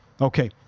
Okay